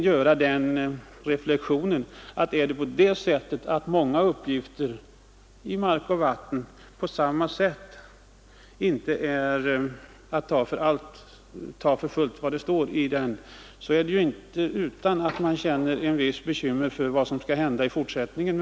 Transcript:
Jag kan möjligen göra reflexionen att om många uppgifter i Hushåll ning med mark och vatten inte kan tas för gott, så är det inte utan att jag känner en viss oro för vad som skall hända i fortsättningen.